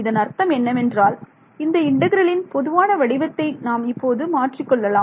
இதன் அர்த்தம் என்னவென்றால் இந்த இன்டெக்ரலின் பொதுவான வடிவத்தை நாம் இப்போது என்று மாற்றிக்கொள்ளலாம்